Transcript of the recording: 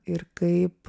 ir kaip